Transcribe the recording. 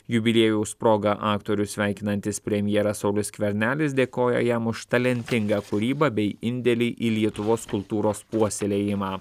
jubiliejaus proga aktorių sveikinantis premjeras saulius skvernelis dėkoja jam už talentingą kūrybą bei indėlį į lietuvos kultūros puoselėjimą